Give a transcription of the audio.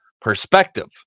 perspective